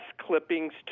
clippings